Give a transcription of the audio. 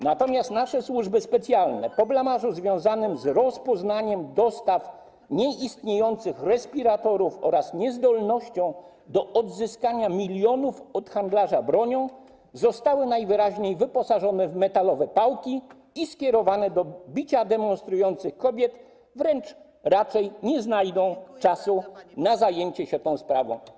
Natomiast nasze służby specjalne - po blamażu związanym z rozpoznaniem dostaw nieistniejących respiratorów oraz niezdolnością do odzyskania milionów od handlarza bronią - zostały najwyraźniej wyposażone w metalowe pałki i skierowane do bicia demonstrujących kobiet, więc raczej nie znajdą czasu na zajęcie się tą sprawą.